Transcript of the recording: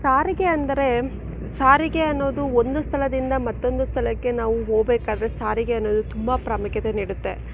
ಸಾರಿಗೆ ಅಂದರೆ ಸಾರಿಗೆ ಅನ್ನೋದು ಒಂದು ಸ್ಥಳದಿಂದ ಮತ್ತೊಂದು ಸ್ಥಳಕ್ಕೆ ನಾವು ಹೋಗಬೇಕಾದ್ರೆ ಸಾರಿಗೆ ಅನ್ನೋದು ತುಂಬ ಪ್ರಾಮುಖ್ಯತೆ ನೀಡುತ್ತೆ